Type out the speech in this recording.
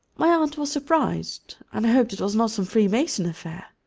my aunt was surprised and hoped it was not some freemason affair.